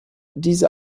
diese